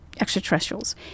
extraterrestrials